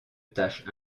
tâches